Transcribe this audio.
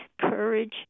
courage